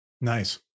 Nice